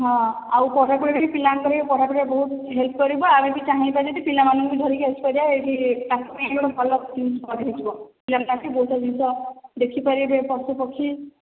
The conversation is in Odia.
ହଁ ଆଉ ପଢ଼ା ପଢ଼ିରେ ପିଲାମାନଙ୍କ ପଢ଼ା ପଢ଼ିରେ ବି ବହୁତ ହେଲ୍ପ କରିପାରିବ ଆଉ ଯଦି ଚାହିଁବା ପିଲାମାନଙ୍କୁ ଏଇଠି ଧରିକି ଆସିପାରିବା ଏଇଠି ତାଙ୍କପାଇଁ ବି ଭଲ ସ୍ପଟ୍ ହେଇଯିବ ଯେଉଁଥିରେ କି ବହୁତ ଜିନିଷ ଦେଖିପାରିବେ ପଶୁପକ୍ଷୀ